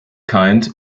kind